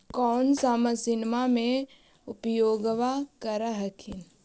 कौन सा मसिन्मा मे उपयोग्बा कर हखिन?